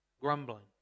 Grumbling